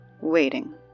Waiting